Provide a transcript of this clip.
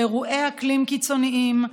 אירועי אקלים קיצוניים,